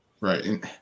right